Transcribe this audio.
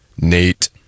Nate